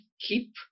keep